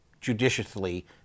judiciously